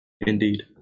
Indeed